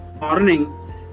morning